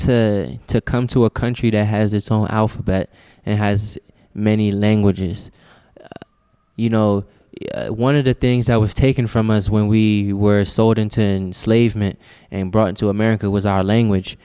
to come to a country to has its own alphabet and has many languages you know one of the things that was taken from us when we were sold into slave meant and brought to america was our language